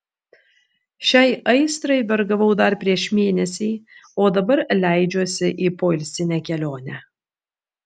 šiai aistrai vergavau dar prieš mėnesį o dabar leidžiuosi į poilsinę kelionę